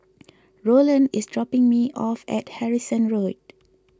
Rowland is dropping me off at Harrison Road